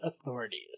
authorities